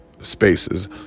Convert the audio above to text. Spaces